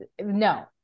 no